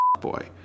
boy